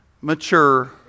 mature